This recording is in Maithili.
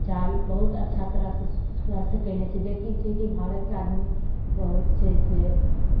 चाल बहुत अच्छा तरहसँ स्वस्थ कयने छै जेकि छै कि भारतके आदमी बहुत छै से